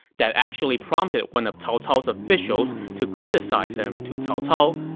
that actually prompted one of cao cao's officials to criticize him to cao cao,